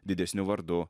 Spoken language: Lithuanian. didesniu vardu